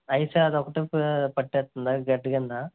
ice ఆ అది ఒక్కటే పట్టేస్తుందా గడ్డ కింద